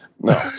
No